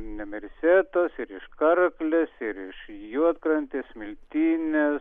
nemirsetos ir iš karklės ir iš juodkrantės smiltynės